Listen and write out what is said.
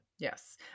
Yes